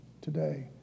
today